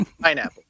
pineapple